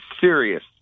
serious